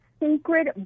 sacred